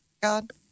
God